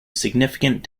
significant